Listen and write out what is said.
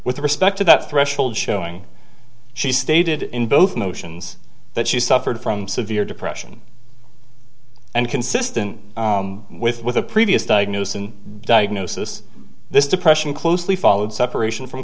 with respect to that threshold showing she stated in both motions that she suffered from severe depression and consistent with with a previous diagnosis and diagnosis this depression closely followed separation from